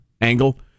angle